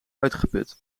uitgeput